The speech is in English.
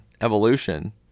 evolution